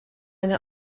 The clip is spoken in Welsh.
yna